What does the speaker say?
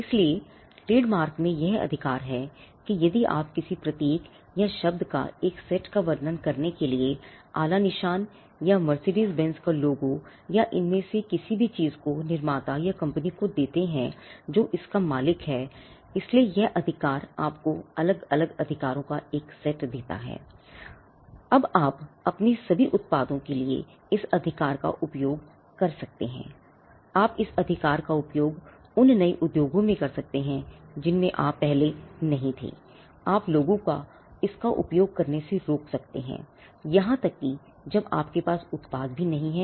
इसलिए ट्रेडमार्क में यह अधिकार है कि आप किसी प्रतीक या शब्द का एक सेट का वर्णन करने के लिए आला निशान या मर्सिडीज बेंज का लोगो है